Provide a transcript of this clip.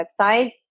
websites